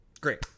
Great